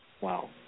Wow